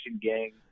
gang